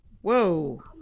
whoa